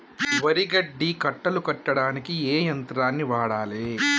వరి గడ్డి కట్టలు కట్టడానికి ఏ యంత్రాన్ని వాడాలే?